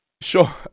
Sure